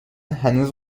هنوز